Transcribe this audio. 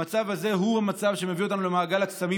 המצב הזה הוא מצב שמביא אותנו למעגל הקסמים